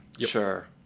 Sure